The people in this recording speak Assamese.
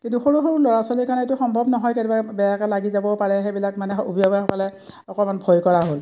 কিন্তু সৰু সৰু ল'ৰা ছোৱালীৰ কাৰণে এইটো সম্ভৱ নহয় কেতিয়াবা বেয়াকৈ লাগি যাবও পাৰে সেইবিলাক মানে অভিভাৱাসকলে অকণমান ভয় কৰা হ'ল